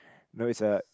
no it's a